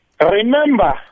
Remember